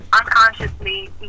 unconsciously